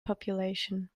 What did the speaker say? population